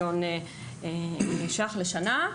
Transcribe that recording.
123,000,000 ₪ לשנה.